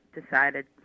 decided